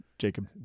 jacob